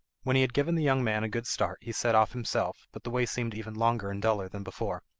when he had given the young man a good start he set off himself, but the way seemed even longer and duller than before.